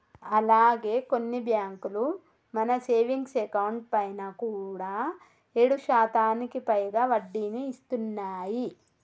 అలాగే కొన్ని బ్యాంకులు మన సేవింగ్స్ అకౌంట్ పైన కూడా ఏడు శాతానికి పైగా వడ్డీని ఇస్తున్నాయి